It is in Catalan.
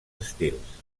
estils